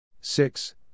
Six